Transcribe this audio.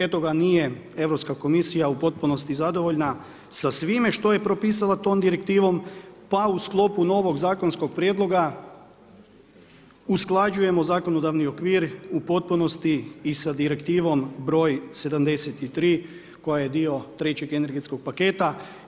Eto ga, nije Europska komisija u potpunosti zadovoljna sa svime što je propisala tom direktivom pa u sklopu novog zakonskog prijedloga usklađujemo zakonodavni okvir u potpunosti i sa Direktivom br. 73 koja je dio trećeg energetskog paketa.